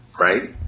Right